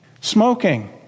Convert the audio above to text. Smoking